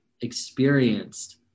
experienced